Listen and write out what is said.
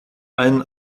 einen